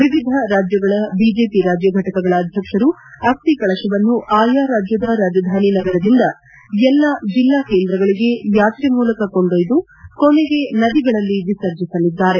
ವಿವಿಧ ರಾಜ್ಯಗಳ ಬಿಜೆಪಿ ರಾಜ್ಯಘಟಕಗಳ ಅಧ್ಯಕ್ಷರು ಅಸ್ತಿ ಕಳಶವನ್ನು ಆಯಾ ರಾಜ್ಯದ ರಾಜಧಾನಿ ನಗರದಿಂದ ಎಲ್ಲಾ ಜಿಲ್ಲಾ ಕೇಂದ್ರಗಳಿಗೆ ಯಾತ್ರೆ ಮೂಲಕ ಕೊಂಡೊಯ್ದು ಕೊನೆಗೆ ನದಿಗಳಲ್ಲಿ ವಿಸರ್ಜಿಸಲಿದ್ದಾರೆ